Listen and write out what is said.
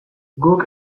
guk